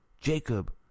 Jacob